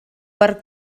per